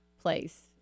place